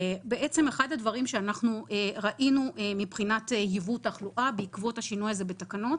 אחד הדברים שראינו מבחינת ייבוא תחלואה בעקבות השינוי הזה בתקנות,